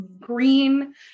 green